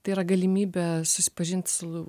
tai yra galimybė susipažint su